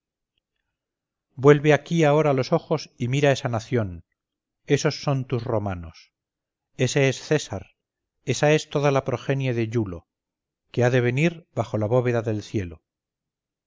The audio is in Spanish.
vuelve aquí ahora los ojos y mira esa nación esos son tus romanos ese es césar esa es toda la progenie de iulo que ha de venir bajo la gran bóveda del cielo